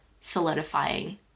solidifying